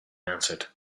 answered